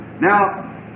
Now